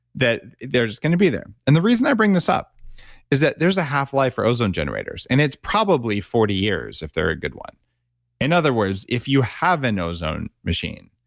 that they're just going to be there. and the reason i bring this up is that there's a half-life for ozone generators, and it's probably forty years if they're a good one in other words, if you have an ozone machine,